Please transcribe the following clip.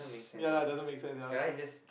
ya lah doesn't make sense ya true